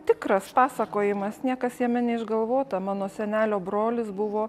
tikras pasakojimas niekas jame neišgalvota mano senelio brolis buvo